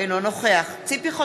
אינו נוכח ציפי חוטובלי,